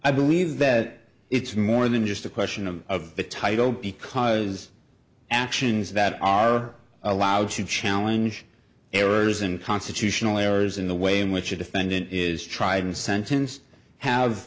i believe that it's more than just a question of of the title because actions that are allowed to challenge errors and constitutional errors in the way in which a defendant is tried and sentenced have